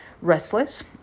restless